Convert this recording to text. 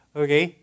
okay